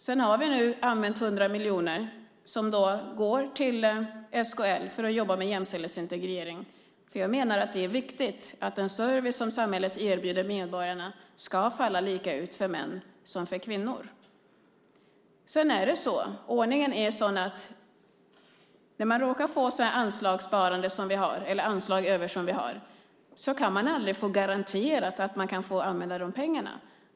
Vi har använt 100 miljoner, som går till SKL för arbete med jämställdhetsintegrering. Jag menar att det är viktigt att den service som samhället erbjuder medborgarna ska falla lika ut för män som för kvinnor. Ordningen är sådan att när man råkar få anslag över, som vi har, kan man aldrig få garantier att få använda de pengarna.